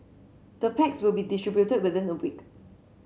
the packs will be distributed within a week